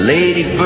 Lady